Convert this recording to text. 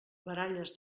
baralles